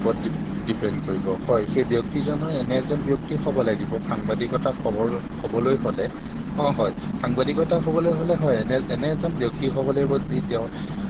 ওপৰত ডিপেণ্ড কৰিব হয় সেই ব্যক্তিজনৰ এনে এজন ব্যক্তি হ'ব লাগিব সাংবাদিকতা খবৰ হ'বলৈ হ'লে অঁ হয় সাংবাদিকতা হ'বলৈ হ'লে হয় এনে এনে এজন ব্যক্তি হ'ব লাগিব যি তেওঁ